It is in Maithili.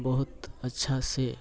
बहुत अच्छासँ